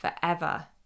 forever